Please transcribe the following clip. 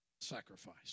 Sacrifice